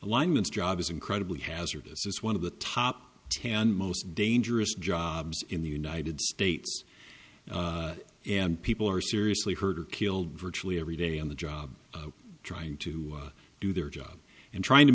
alignments job is incredibly hazardous is one of the top ten most dangerous jobs in the united states and people are seriously hurt or killed virtually every day on the job trying to do their job and trying to